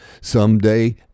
Someday